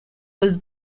was